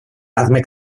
hazme